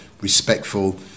respectful